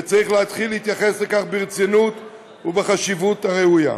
וצריך להתחיל להתייחס לכך ברצינות ובחשיבות הראויה.